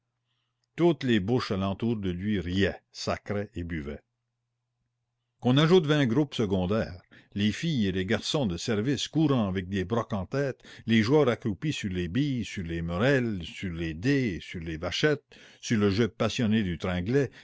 toutes les bouches à l'entour de lui riaient sacraient et buvaient qu'on ajoute vingt groupes secondaires les filles et les garçons de service courant avec des brocs en tête les joueurs accroupis sur les billes sur les merelles sur les dés sur les vachettes sur le jeu passionné du tringlet